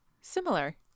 similar